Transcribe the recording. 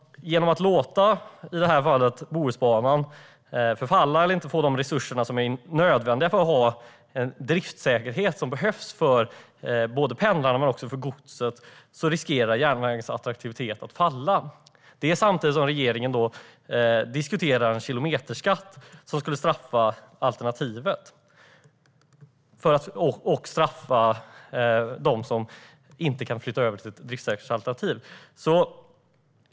Genom att låta i det här fallet Bohusbanan förfalla eller inte få de resurser som är nödvändiga för att ha den driftssäkerhet som behövs för både pendlarna och godset riskerar man att järnvägens attraktivitet faller - och det samtidigt som regeringen diskuterar kilometerskatt, vilket skulle straffa alternativet och dem som inte kan flytta över till ett driftssäkert alternativ.